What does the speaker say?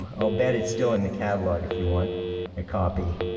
um i'll bet it's still in the catalog if you want a copy.